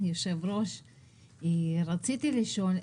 רציתי לשאול,